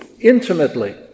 intimately